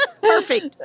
Perfect